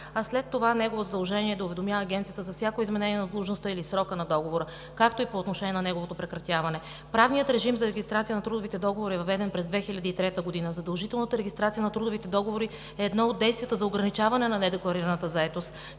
а след това негово задължение е да уведомява Агенцията за всяко изменение на сложността или срока на договора, както и по отношение на неговото прекратяване. Правният режим за регистрация на трудовите договори е въведен през 2003 г. Задължителната регистрация на трудовите договори е едно от действията за ограничаване на недекларираната заетост.